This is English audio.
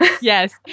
Yes